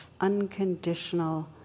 unconditional